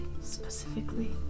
specifically